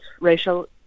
racial